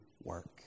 work